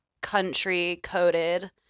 country-coded